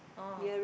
oh